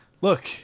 look